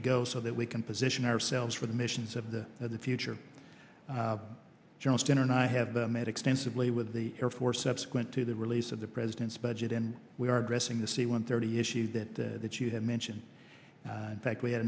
to go so that we can position ourselves for the missions of the of the future johnston and i have met extensively with the air force subsequent to the release of the president's budget and we are dressing the c one thirty issue that that you have mentioned in fact we had